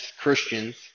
Christians